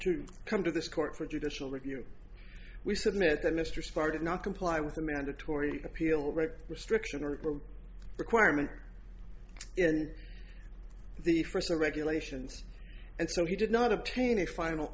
to come to this court for judicial review we submit that mr started not comply with the mandatory appeal right restriction or vote requirement in the first regulations and so he did not obtain a final